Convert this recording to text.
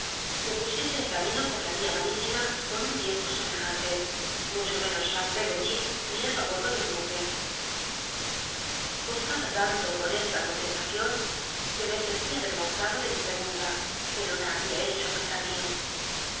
se pusiese en camino por la vía marítima con un licmpo semejante mucho menos cham peggoty criado á botclo ele un buque contaba tanto con esta conlcstacion que me sentí avergonzado de mi pregtmta pero la había hecho a pesar mio